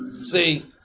see